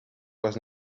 was